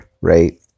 right